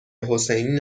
حسینی